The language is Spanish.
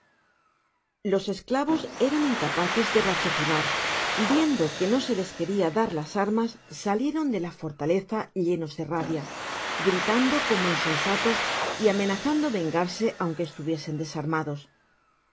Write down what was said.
los esclavos eran incapaces de raciocinar viendo que no se lea queria dar las armas salieron de la fortaleza denos de rábia gritando como insensatos y amenazando vengarse aunque estuviesen desarmadas los